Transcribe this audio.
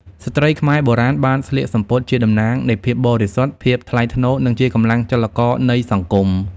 ស្ត្រីខ្មែរបុរាណបានស្លៀកសំពត់ជាតំណាងនៃភាពបរិសុទ្ធ ភាពថ្លៃថ្នូរ និងជាកម្លាំងចលករនៃសង្គម។